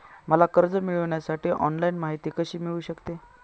मला कर्ज मिळविण्यासाठी ऑनलाइन माहिती कशी मिळू शकते?